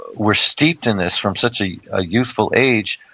we're steeped in this from such a ah youthful age,